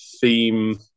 theme